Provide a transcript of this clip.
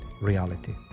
reality